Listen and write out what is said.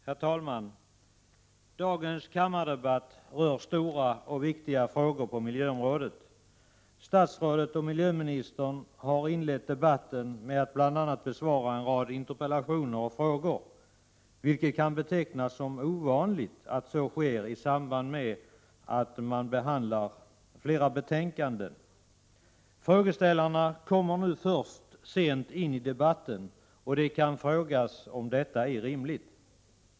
Herr talman! Dagens kammardebatt rör stora och viktiga frågor på miljöområdet. Statsrådet och miljöministern har inlett debatten med att bl.a. besvara en rad interpellationer och frågor i samband med att flera betänkanden skall behandlas, vilket kan betecknas som ovanligt. Frågeställarna kommer först sent in i debatten, och det kan ifrågasättas om detta är rimligt.